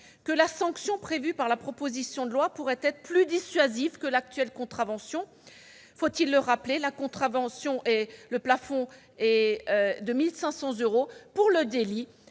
que la sanction prévue par la proposition de loi pourrait être plus dissuasive que l'actuelle contravention dont, faut-il le rappeler, le plafond est de 1 500 euros. Si elle devient